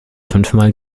fünfmal